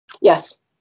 Yes